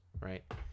right